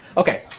ok.